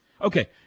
Okay